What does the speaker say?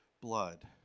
blood